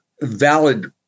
valid